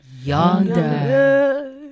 Yonder